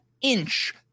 inch